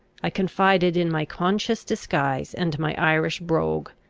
i confided in my conscious disguise and my irish brogue,